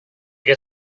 get